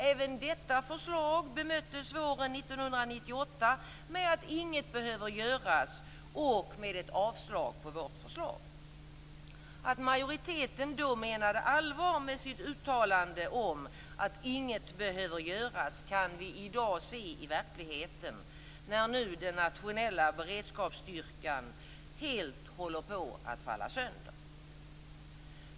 Även detta förslag bemöttes våren 1998 med att "inget behöver göras" och med ett avslag på vårt förslag. Att majoriteten då menade allvar med sitt uttalande om att inget behöver göras kan vi i dag se i verkligheten, när nu den nationella beredskapsstyrkan helt håller på att falla sönder.